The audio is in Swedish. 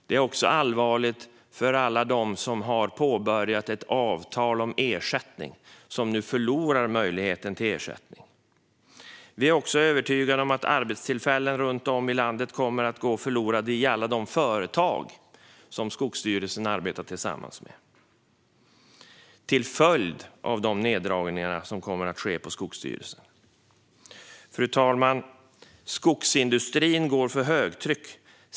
Det är också allvarligt för alla som har påbörjat ett avtal om ersättning och som nu förlorar möjligheten till ersättning. Vi är också övertygade om att arbetstillfällen runt om i landet kommer att gå förlorade i alla de företag som Skogsstyrelsen arbetar tillsammans med till följd av de neddragningar som kommer att ske på Skogsstyrelsen. Fru talman! Skogsindustrin går för högtryck.